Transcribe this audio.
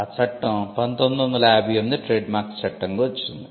ఈ చట్టం 1958 ట్రేడ్మార్క్స్ చట్టంగా వచ్చింది